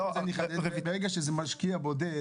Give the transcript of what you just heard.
ברגע שזה משקיע בודד